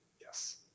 Yes